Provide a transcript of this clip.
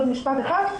עוד משפט אחד.